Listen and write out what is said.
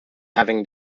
having